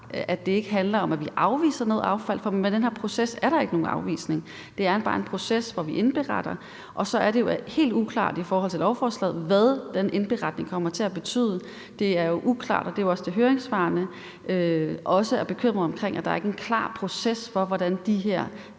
at det ikke handler om, at vi afviser noget affald, for med den her proces er der ikke nogen afvisning. Det er bare en proces, hvor vi indberetter, og så er det jo helt uklart i forhold til lovforslaget, hvad den indberetning kommer til at betyde. Det er uklart, og det er jo også det, høringssvarene er bekymrede over, nemlig at der ikke er en klar proces for, hvordan de her